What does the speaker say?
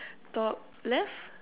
top left